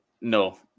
no